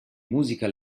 musica